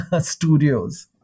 studios